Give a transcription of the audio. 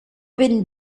ben